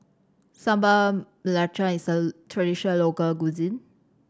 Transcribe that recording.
Sambal Belacan is a traditional local cuisine